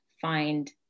find